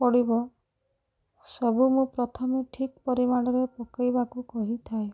ପଡ଼ିବ ସବୁ ମୁଁ ପ୍ରଥମେ ଠିକ୍ ପରିମାଣରେ ପକେଇବାକୁ କହିଥାଏ